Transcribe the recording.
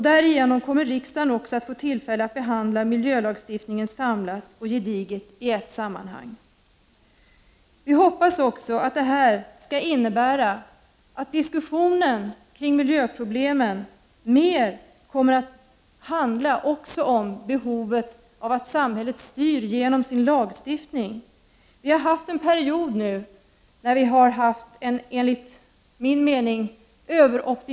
Därigenom kommer riksdagen att få tillfälle att behandla miljölagstiftningen på ett samlat och gediget sätt i ett sammanhang. Vi hoppas också att detta skall innebära att diskussionen kring miljöproblemen mer kommer att handla om behovet av att samhället styr genom sin lagstiftning. Under en period har vi i Sverige haft en överoptimistisk tro på att marknadsekono = Prot.